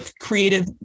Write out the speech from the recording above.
creative